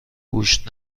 گوشت